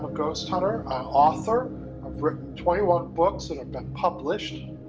but go. summer author of twenty one books sort of but published.